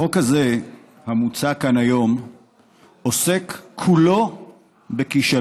החוק הזה המוצע כאן היום עוסק כולו בכישלון,